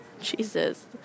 Jesus